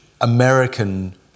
American